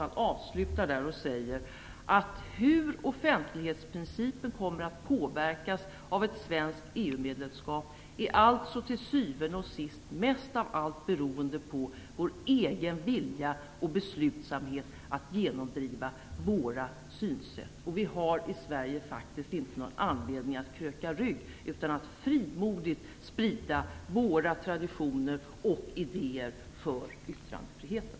Han avslutar den med att säga: "Hur offentlighetsprincipen kommer att påverkas av ett svenskt EU-medlemskap är alltså till syvende och sist mest av allt beroende på vår egen vilja och beslutsamhet att genomdriva våra synsätt." I Sverige har vi faktiskt inte någon anledning att kröka rygg, utan vi bör frimodigt sprida våra traditioner och idéer för yttrandefriheten.